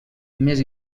més